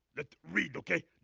let's read okay?